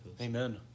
amen